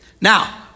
Now